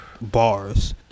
Bars